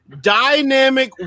dynamic